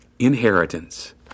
inheritance